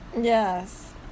Yes